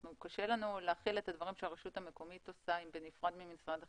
קשה לנו להכיל את הדברים שהרשות המקומית עושה בנפרד ממשרד החינוך.